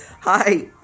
Hi